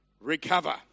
recover